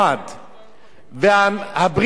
והברית-מילה חלה בשבת.